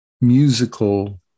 musical